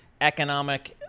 economic